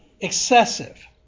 excessive